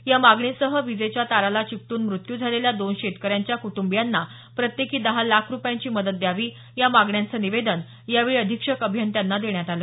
यामागणीसह विजेच्या ताराला चिकटून मृत्यू झालेल्या दोन शेतकऱ्यांच्या कुटुंबियांना प्रत्येकी दहा लाख रूपयांची मदत द्यावी या मागण्यांचे निवेदन यावेळी अधीक्षक अभियंत्यांना देण्यात आलं